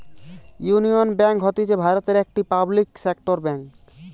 union bank হতিছে ভারতের একটি পাবলিক সেক্টর বেঙ্ক